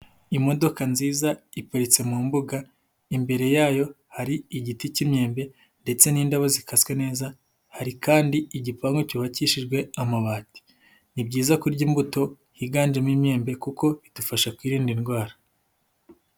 Imodoka nziza iparitse mu mbuga, imbere yayo hari igiti cy'imyembe ndetse n'indabo zikaswe neza, hari kandi igipangu cyubakishijwe amabati, ni byiza kurya imbuto higanjemo imyembe kuko bidufasha kwirinda indwara.